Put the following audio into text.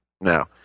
Now